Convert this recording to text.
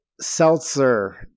seltzer